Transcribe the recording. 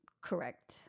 Correct